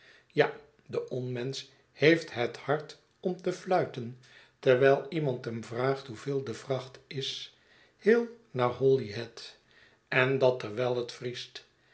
ja de onmensch heeft het hart om te fluiten terwijl iemand hem vraagt hoeveel de vracht is heel naar holyhead en dat terwijl het vriest